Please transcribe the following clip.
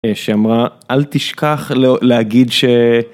‫שאמרה, אל תשכח להגיד ש...